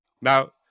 Now